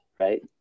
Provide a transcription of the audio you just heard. Right